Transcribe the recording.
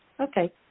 Okay